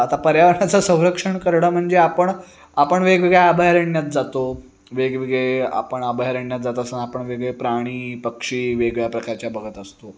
आता पर्यावरणाचं संरक्षण करणं म्हणजे आपण आपण वेगवेगळ्या अभयारण्यात जातो वेगवेगळे आपण अभयारण्यात जात असताना आपण वेगळे प्राणी पक्षी वेगळ्या प्रकारच्या बघत असतो